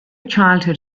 childhood